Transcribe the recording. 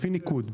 לפי ניקוד.